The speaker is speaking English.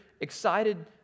excited